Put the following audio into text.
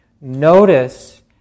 notice